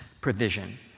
provision